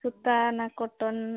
ସୂତା ନା କଟନ୍